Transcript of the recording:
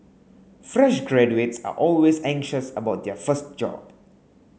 fresh graduates are always anxious about their first job